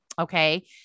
Okay